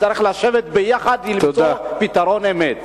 צריך לשבת ביחד ולמצוא פתרון אמת.